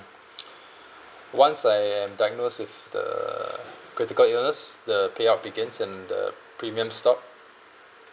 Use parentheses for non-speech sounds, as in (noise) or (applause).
(noise) once I am diagnosed with the critical illness the payout begins and the premium stop